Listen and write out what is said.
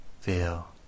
feel